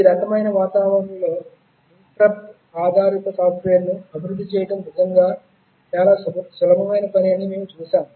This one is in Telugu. ఈ రకమైన వాతావరణంలో ఇంటెర్రుప్ట్ ఆధారిత సాఫ్ట్వేర్ను అభివృద్ధి చేయడం నిజంగా చాలా సులభమైన పని అని మేము చూశాము